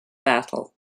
battle